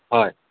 হয়